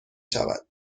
شود